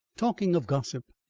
talking of gossip,